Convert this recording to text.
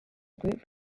group